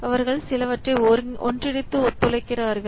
அவர்கள் சிலவற்றை ஒன்றிணைத்து ஒத்துழைக்கிறார்கள்